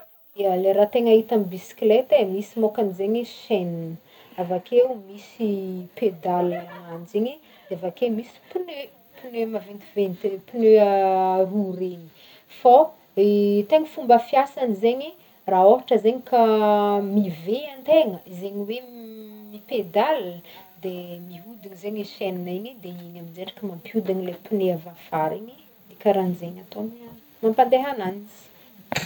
Ya lay raha tegna hita amin'ny bisikleta ai, misy môkany zaigny chaîne, avakeo misy pédale agnanjy igny de avake misy pneu, pneu maventiventy pneu roue regny, fô tegna fomba fiasany zaigny ra ôhatra zaigny ka mive antegna izaigny hoe mipédale, de miodogno zaigny chaîne igny de igny aminjay mampiodona lay pneu avy afara igny de karahan-jegny ataony mampandeha agnanjy.